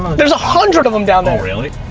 there's a hundred of them down there. oh really?